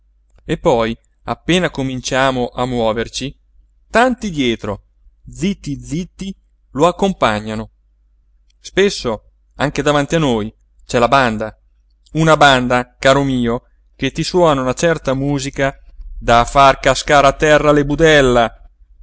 e poi appena cominciamo a muoverci tanti dietro zitti zitti lo accompagnano spesso anche davanti a noi c'è la banda una banda caro mio che ti suona una certa musica da far cascare a terra le budella